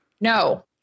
no